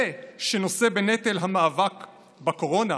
זה שנושא בנטל המאבק בקורונה,